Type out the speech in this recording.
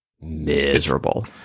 miserable